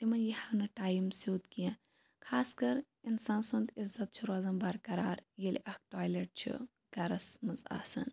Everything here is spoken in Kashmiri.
تِمن یی ہا نہٕ ٹایِم سیٚود کینٛہہ خاص کر اِنسان سُنٛد عِزَت چھُ روزان بَرقَرار ییٚلہِ اَکھ ٹالیٹ چھُ گَرَس منٛز آسان